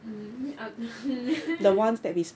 mm um hmm